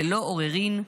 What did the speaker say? ללא עוררין,